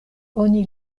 oni